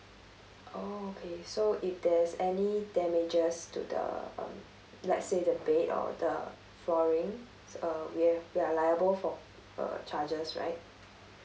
oh okay so if there's any damages to the um let's say the bed or the flooring uh we are we're liable for uh charges right